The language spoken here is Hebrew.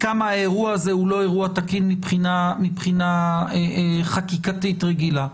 כמה האירוע הזה לא תקין מבחינה חקיקתית רגילה,